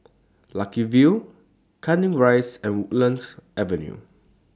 Lucky View Canning Rise and Woodlands Avenue